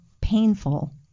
painful